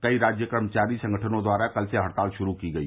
कई राज्य कर्मचारी संगठनों द्वारा कल से हड़ताल शुरू की गई